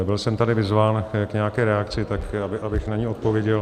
Byl jsem tady vyzván k nějaké reakci, tak abych na ni odpověděl.